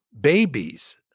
babies